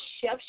Chef